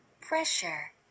pressure